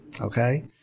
okay